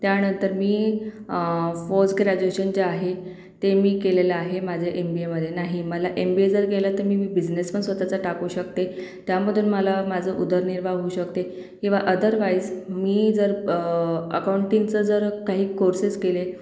त्यानंतर मी post graduation जे आहे ते मी केलेलं आहे माझं एम बी एमध्ये नाही मला एम बी ए जर केलं तर मी मी बिझनेस पण स्वतःचा टाकू शकते त्यामधून मला माझं उदरनिर्वाह होऊ शकते किंवा अदरवाईज मी जर अकाऊंटिंगचं जर काही कोर्सेस केले